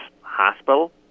Hospital